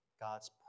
God's